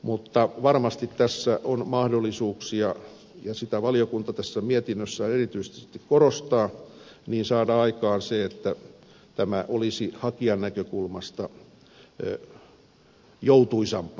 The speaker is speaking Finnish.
mutta varmasti tässä on mahdollisuuksia ja sitä valiokunta tässä mietinnössään erityisesti korostaa saada aikaan se että tämä olisi hakijan näkökulmasta joutuisampaa